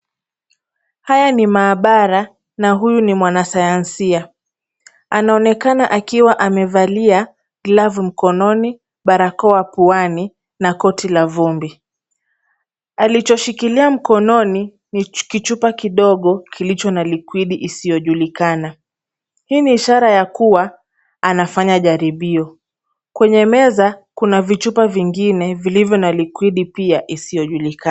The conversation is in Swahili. Haya ni maabara na huyu ni mwanasayansia. Anaonekana akiwa amevalia glavu mkononi, barakoa puani na koti la vumbi. Alichoshikilia mkononi ni kichupa kidogo kilicho na likwidi isiyojulikana. Hii ni ishara ya kuwa anafanya jaribio. Kwenye meza kuna vichupa vingine vilivyo na likwidi pia isiyojulikana.